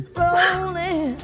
rolling